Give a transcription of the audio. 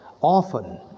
often